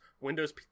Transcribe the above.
Windows